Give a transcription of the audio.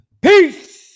Peace